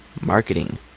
marketing